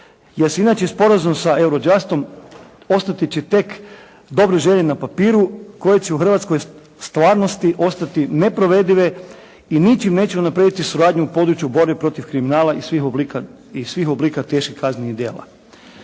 će inače sporazum sa Eurojastom ostati će tek dobre želje na papiru koje će u hrvatskoj stvarnosti ostati neprovedive i ničim neće unaprijediti suradnju u području borbe protiv kriminala i svih oblika težih kaznenih djela.